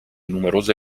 numerose